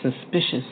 suspicious